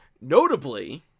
Notably